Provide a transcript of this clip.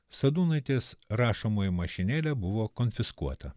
sadūnaitės rašomoji mašinėlė buvo konfiskuota